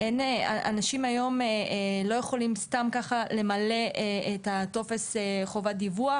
אנשים היום לא יכולים סתם ככה למלא את הטופס חובת דיווח,